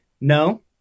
No